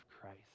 Christ